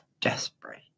desperate